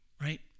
right